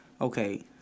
okay